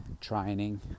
training